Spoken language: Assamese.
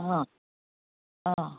অঁ অঁ